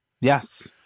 Yes